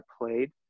played